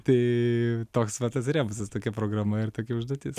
tai toks va tas rebusas tokia programa ir tokia užduotis